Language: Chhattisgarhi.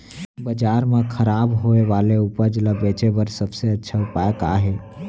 बाजार मा खराब होय वाले उपज ला बेचे बर सबसे अच्छा उपाय का हे?